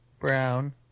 Brown